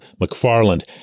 McFarland